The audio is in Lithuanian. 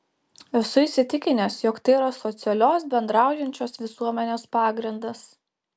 esu įsitikinęs jog tai yra socialios bendraujančios visuomenės pagrindas